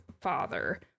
father